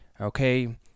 okay